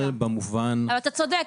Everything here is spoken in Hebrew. אולי אתה צודק,